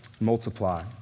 multiply